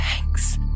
Thanks